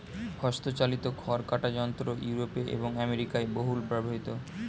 হস্তচালিত খড় কাটা যন্ত্র ইউরোপে এবং আমেরিকায় বহুল ব্যবহৃত